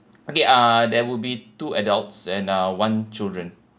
okay uh there will be two adults and uh one children